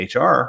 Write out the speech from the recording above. HR